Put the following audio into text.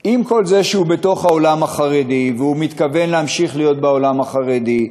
שעם כל זה שהוא בתוך העולם החרדי והוא מתכוון להמשיך להיות בעולם החרדי,